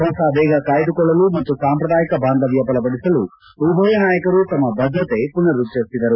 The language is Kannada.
ಹೊಸ ವೇಗ ಕಾಯ್ದುಕೊಳ್ಳಲು ಮತ್ತು ಸಾಂಪ್ರದಾಯಿಕ ಬಾಂಧವ್ನ ಬಲಪಡಿಸಲು ಉಭಯ ನಾಯಕರು ತಮ್ನ ಬದ್ದತೆ ಮನರುಚ್ಡರಿಸಿದರು